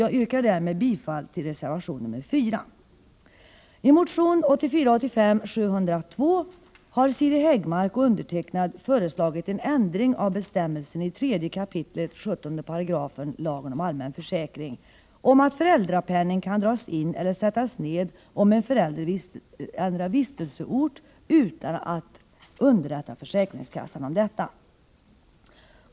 Jag yrkar därmed bifall till reservation nr 4. I motion 1984/85:702 har Siri Häggmark och jag föreslagit en ändring av bestämmelsen i 3 kap. 17 § lagen om allmän försäkring, där det sägs att föräldrapenning kan dras in eller sättas ned om en förälder ändrar vistelseort utan att underrätta försäkringskassan om detta.